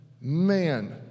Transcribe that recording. Man